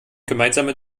gemeinsame